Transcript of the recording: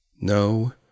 No